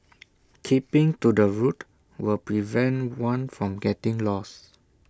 keeping to the route will prevent one from getting lost